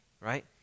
right